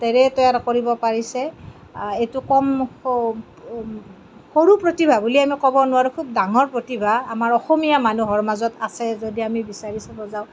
হাতেৰে তৈয়াৰ কৰিব পাৰিছে এইটো কম সৰু প্ৰতিভা বুলি আমি ক'ব নোৱাৰো খুব ডাঙৰ প্ৰতিভা আমাৰ অসমীয়া মানুহৰ মাজত আছে যদি আমি বিচাৰিছিলো